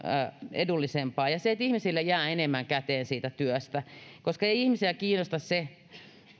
edullisempaa ja että ihmisille jää enemmän käteen siitä työstä koska ei ihmisiä kiinnosta se